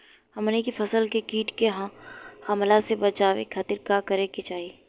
हमनी के फसल के कीट के हमला से बचावे खातिर का करे के चाहीं?